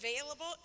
available